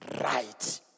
right